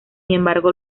embargo